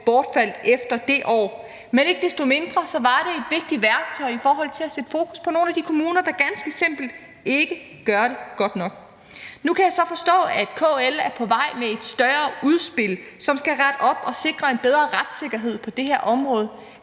bortfaldt efter det år. Men ikke desto mindre var det et vigtigt værktøj i forhold til at sætte fokus på nogle af de kommuner, der ganske simpelt ikke gør det godt nok. Nu kan jeg så forstå, at KL er på vej med et større udspil, som skal rette op og sikre en bedre retssikkerhed på det her område.